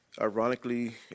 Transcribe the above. ironically